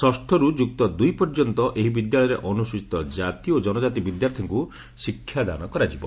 ଷଷରୁ ଯୁକ୍ତ ଦୁଇ ପର୍ଯ୍ୟନ୍ତ ଏହି ବିଦ୍ୟାଳୟରେ ଅନୁସ୍ରଚିତ ଜାତି ଓ ଜନଜାତି ବିଦ୍ୟାର୍ଥୀଙ୍କୁ ଶିକ୍ଷାଦାନ କରାଯିବ